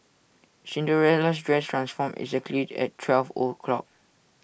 Cinderella's dress transformed exactly at twelve o'clock